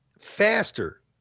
Faster